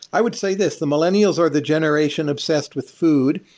i would say this, the millennials are the generation obsessed with food.